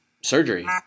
surgery